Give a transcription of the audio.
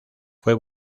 fue